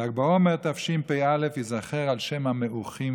ל"ג בעומר תשפ"א ייזכר על שם המעוכים